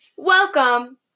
Welcome